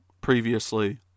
previously